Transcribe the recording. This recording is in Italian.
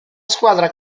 squadra